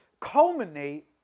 culminate